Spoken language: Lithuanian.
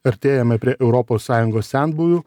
artėjame prie europos sąjungos senbuvių